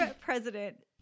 president